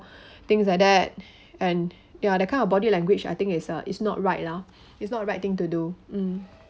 things like that and ya that kind of body language I think is uh is not right lah is not the right thing to do mm